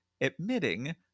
admitting